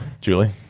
Julie